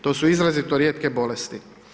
To su izrazito rijetke bolesti.